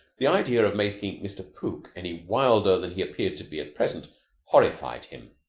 the idea of making mr. pook any wilder than he appeared to be at present horrified him.